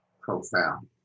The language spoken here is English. profound